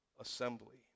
assembly